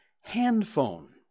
handphone